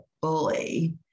bully